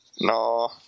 No